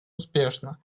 успешно